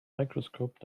microscope